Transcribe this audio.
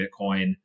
Bitcoin